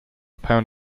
pound